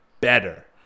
better